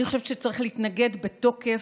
אני חושבת שצריך להתנגד בתוקף.